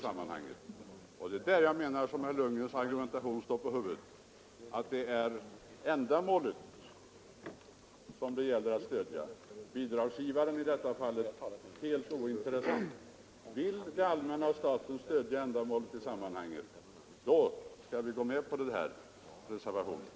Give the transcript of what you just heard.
Det är här jag menar att herr Lundgrens argumentering står på huvudet. Det är ändamålet som det gäller att stödja. Bidragsgivaren är i detta fall helt ointressant. Vill vi att staten skall stödja det här ändamålet skall vi bifalla reservationen.